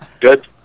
Good